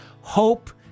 hope